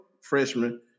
freshman